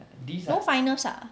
no finals ah